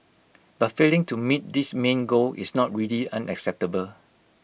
but failing to meet this main goal is not really unacceptable